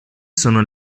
sono